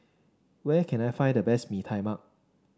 where can I find the best Mee Tai Mak